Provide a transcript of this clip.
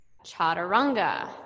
Chaturanga